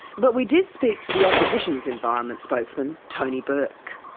but we did speak to the opposition's environment spokesman tony burke.